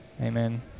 amen